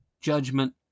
judgment